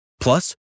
Plus